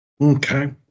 Okay